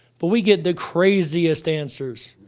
but we get the craziest answers.